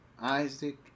Isaac